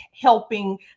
helping